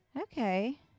Okay